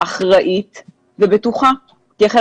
יש עליה